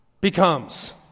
becomes